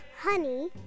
honey